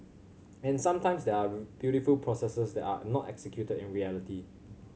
and sometimes there are beautiful processes that are not executed in reality